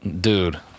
dude